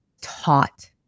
taught